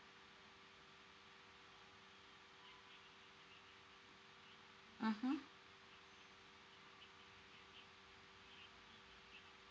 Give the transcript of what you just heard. mmhmm